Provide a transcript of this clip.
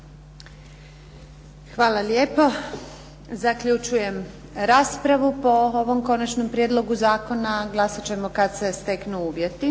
Hvala lijepo. Zaključujem raspravu po ovom Konačnom prijedlogu zakona. Glasat ćemo kada se steknu uvjeti.